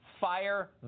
fire